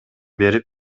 берип